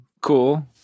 cool